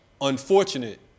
unfortunate